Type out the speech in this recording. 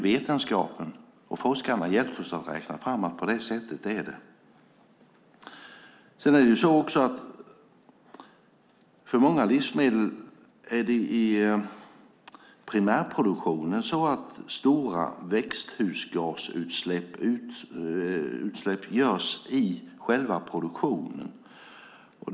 Vetenskapen och forskarna har hjälpt oss att räkna fram att det är på det sättet. För många livsmedel är det i primärproduktionen så att stora växthusgasutsläpp görs i själva produktionen.